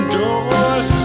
doors